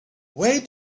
where